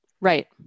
right